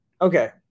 okay